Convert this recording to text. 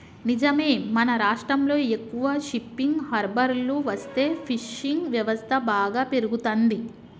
నిజమే మన రాష్ట్రంలో ఎక్కువ షిప్పింగ్ హార్బర్లు వస్తే ఫిషింగ్ వ్యవస్థ బాగా పెరుగుతంది